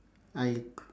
I